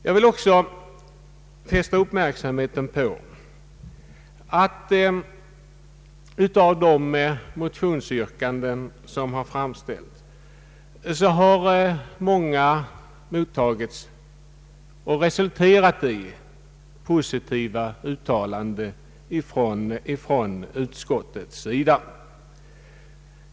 Jag vill också fästa uppmärksamheten på att många av de motionsyrkanden som har framställts har resulterat i positiva uttalanden från utskottets sida.